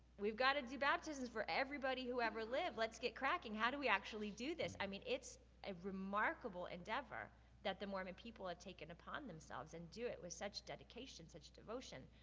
we gotta do baptisms for everybody who ever lived. let's get crackin'. how do we actually do this? i mean, it's a remarkable endeavor that the mormon people have taken upon themselves and do it with such dedication, such devotion.